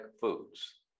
foods